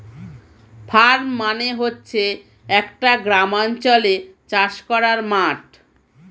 farm মানে হচ্ছে একটা গ্রামাঞ্চলে চাষ করার মাঠ